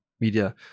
media